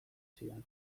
zidan